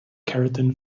keratin